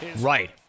Right